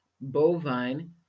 bovine